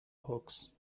hooks